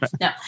no